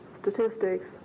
statistics